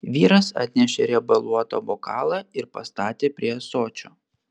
vyras atnešė riebaluotą bokalą ir pastatė prie ąsočio